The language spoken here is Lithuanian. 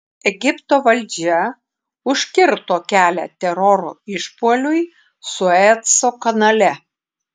egipto valdžia užkirto kelią teroro išpuoliui sueco kanale